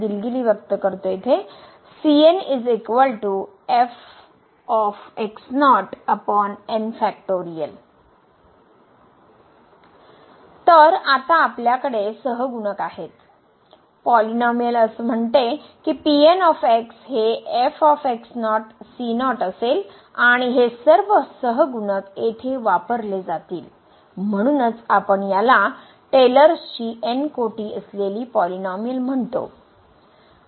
दिलगिरी व्यक्त करतो येथे तर आता आपल्याकडे सहगुणक आहेत पॉलिनोमिअल म्हणते की f असेल आणि हे सर्व सहगुणक येथे वापरले जातील म्हणूनच आपण याला टेलर्सची n कोटी असलेली पॉलिनोमिअल म्हणतो